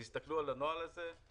תסתכלו על הנוהל הזה ותחליטו.